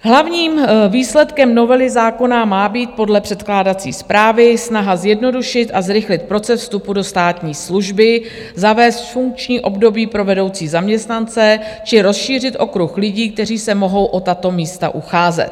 Hlavním výsledkem novely zákona má být podle předkládací zprávy snaha zjednodušit a zrychlit proces vstupu do státní služby, zavést funkční období pro vedoucí zaměstnance či rozšířit okruh lidí, kteří se mohou o tato místa ucházet.